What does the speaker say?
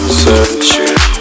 searching